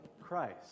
Christ